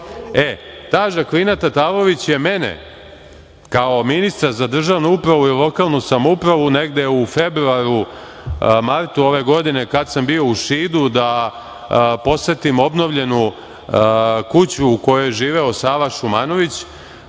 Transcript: E, ta Žaklina Tatalović je mene kao ministra za državu upravu i lokalnu samoupravu negde u februaru, martu ove godine kada sam bio u Šidu da posetim obnovljenu kuću u kojoj je živeo Sava Šumanović,